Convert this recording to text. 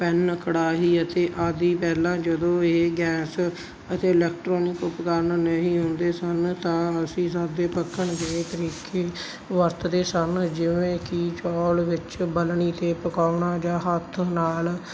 PAN ਕੜਾਹੀ ਅਤੇ ਆਦੀ ਪਹਿਲਾਂ ਜਦੋਂ ਇਹ ਗੈਸ ਅਤੇ ਇਲੈਕਟ੍ਰੋਨਿਕ ਉਪਕਰਨ ਨਹੀਂ ਹੁੰਦੇ ਸਨ ਤਾਂ ਅਸੀਂ ਸਾਦੇ ਪਕਣ ਦੇ ਤਰੀਕੇ ਵਰਤਦੇ ਸਨ ਜਿਵੇਂ ਕਿ ਚੌਲ ਵਿੱਚ ਬਲਣੀ 'ਤੇ ਪਕਾਉਣਾ ਜਾਂ ਹੱਥ ਨਾਲ